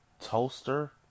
Toaster